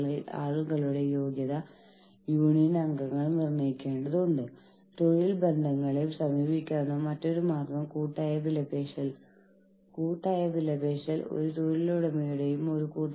ഈ രേഖ ഇന്ത്യൻ ഗവൺമെന്റിന്റെ തൊഴിൽ മന്ത്രാലയത്തിന്റെ the Ministry of Labor and Employment Government of India ഔദ്യോഗിക വെബ്സൈറ്റിൽ കാണാം